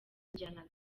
injyana